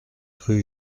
rue